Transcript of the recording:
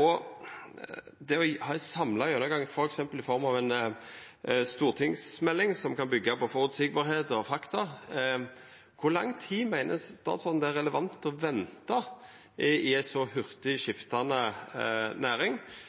og at ein har ein samla gjennomgang f.eks. i form av ei stortingsmelding, som kan byggja på det som er føreseieleg og fakta. Så til spørsmåla: Kor lang tid meiner statsråden det er relevant å venta i ei så hurtig skiftande næring?